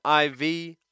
IV